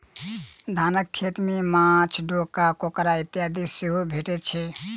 धानक खेत मे माँछ, डोका, काँकोड़ इत्यादि सेहो भेटैत छै